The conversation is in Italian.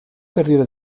carriera